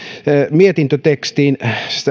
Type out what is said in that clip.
mietintötekstiin